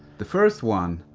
the first one,